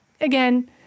again